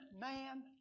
man